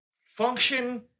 function